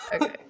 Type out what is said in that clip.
Okay